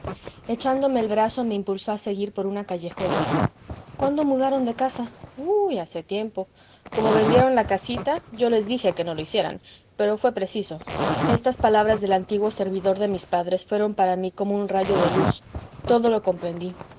echándome el brazo me impulsó a seguir por una callejuela cuándo mudaron de casa uh hace tiempo como vendieron la casita yo les dije que no lo hicieran pero fué preciso estas palabras del antiguo servidor de mis padres fueron para mí como un rayo de luz todo lo comprendí